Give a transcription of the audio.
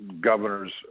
governors